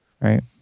Right